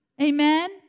Amen